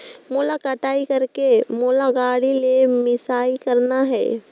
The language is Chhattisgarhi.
मोला कटाई करेके मोला गाड़ी ले मिसाई करना हे?